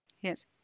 Yes